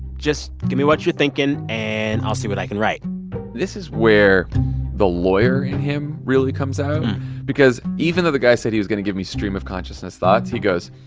just give me what you're thinking, and i'll see what i can write this is where the lawyer in him really comes out because, even though the guy said he was going to give me stream-of-consciousness thoughts, he goes,